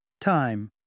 Time